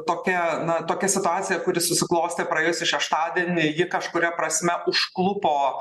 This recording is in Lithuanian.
tokia na tokia situacija kuri susiklostė praėjusį šeštadienį ji kažkuria prasme užklupo